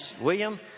William